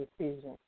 decision